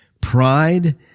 pride